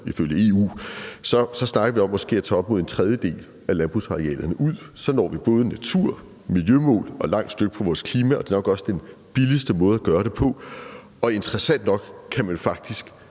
så snakker vi om måske at tage op mod en tredjedel af landbrugsarealerne ud; så når vi både natur- og miljømål og et langt stykke af vejen i forhold til vores klima, og det er nok også den billigste måde at gøre det på. Interessant nok kan man faktisk